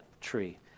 tree